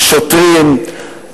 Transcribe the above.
שוטרים,